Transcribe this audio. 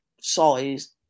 size